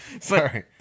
sorry